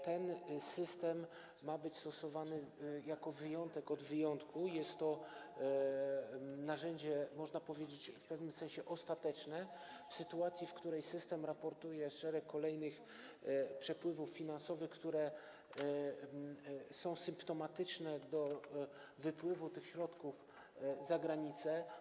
Ten system ma być stosowany jako wyjątek od wyjątku i jest to narzędzie, można powiedzieć, w pewnym sensie ostateczne w sytuacji, w której system raportuje szereg kolejnych przepływów finansowych, które są symptomatyczne dla wypływu tych środków za granicę.